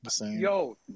Yo